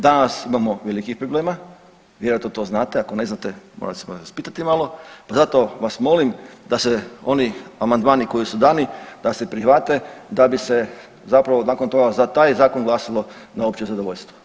Danas imamo velikih problema, vjerojatno to znate, ako ne znate morate se raspitati malo, pa zato vas molim da se oni amandmani koji su dani da se prihvate da bi se zapravo nakon toga za taj zakon glasalo na opće zadovoljstvo.